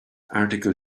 article